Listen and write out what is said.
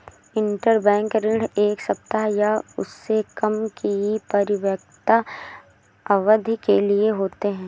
interbank ऋण एक सप्ताह या उससे कम की परिपक्वता अवधि के लिए होते हैं